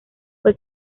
fue